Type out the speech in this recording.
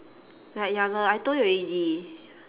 like ya lor I told you already